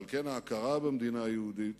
על כן ההכרה במדינה היהודית